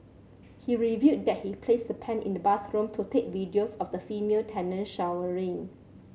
he revealed that he placed the pen in the bathroom to take videos of the female tenant showering